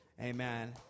Amen